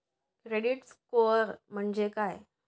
Credit score म्हणजे काय?